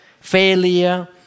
failure